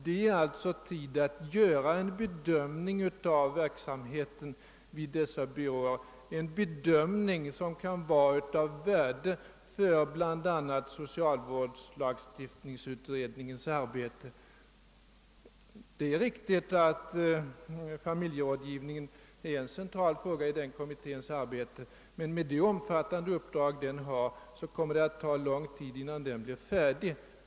Det är alltså tid att göra en bedömning av verksamheten vid dessa byråer, en bedömning som kan vara av värde för bl.a. socialvårdslagstiftningsutredningens arbete. Det är riktigt att familjerådgivningen är en central fråga för denna kommitté, men med det omfattande uppdrag kommittén har kommer det att ta lång tid, innan den blir färdig.